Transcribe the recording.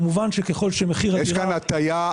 כמובן שככול שמחיר הדירה --- יש כאן הטעיה.